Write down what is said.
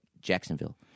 Jacksonville